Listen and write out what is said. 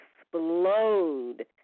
explode